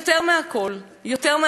המציאות בשטח,